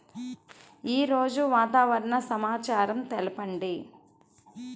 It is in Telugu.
ఈరోజు వాతావరణ సమాచారం తెలుపండి